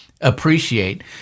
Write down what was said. appreciate